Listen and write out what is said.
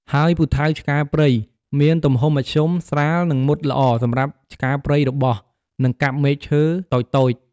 ហើយពូថៅឆ្ការព្រៃ មានទំហំមធ្យម ស្រាល និងមុតល្អសម្រាប់ឆ្ការព្រៃរបោះ និងកាប់មែកឈើតូចៗ។